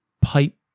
pipe